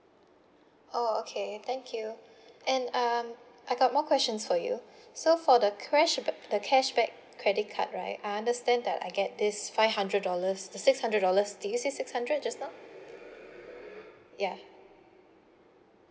oh okay thank you and um I got more questions for you so for the crash the cashback credit card right I understand that I get this five hundred dollars the six hundred dollars did you say six hundred just now